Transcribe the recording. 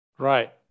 Right